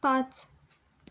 पाच